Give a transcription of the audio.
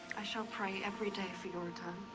i shall pray every day for your return.